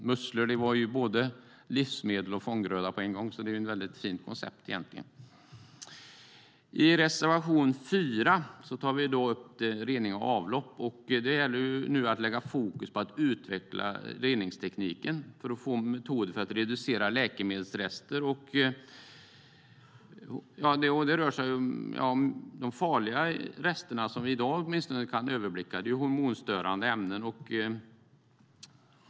Musslor är både livsmedel och fånggröda på en gång - ett fint koncept. I reservation 4 tar vi upp rening av avlopp. Det gäller nu att lägga fokus på att utveckla reningstekniken för att få metoder för att reducera läkemedelsrester. Det rör sig om de farliga resterna, åtminstone de som vi i dag kan överblicka. Det är hormonstörande ämnen.